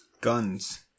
Guns